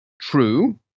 True